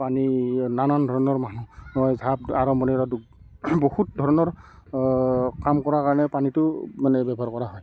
পানী নানান ধৰণৰ আৰম্ভণিৰে বহুত ধৰণৰ কাম কৰাৰ কাৰণে পানীটো মানে ব্যৱহাৰ কৰা হয়